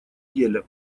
геля